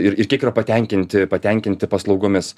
ir ir kiek yra patenkinti patenkinti paslaugomis